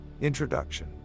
Introduction